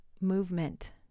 movement